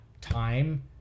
time